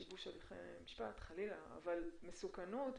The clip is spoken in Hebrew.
בשיבוש הליכי משפט אבל אני מדברת על מסוכנות.